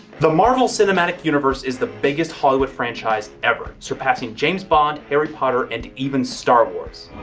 the marvel cinematic universe is the biggest hollywood franchise ever, surpassing james bond, harry potter, and even star wars.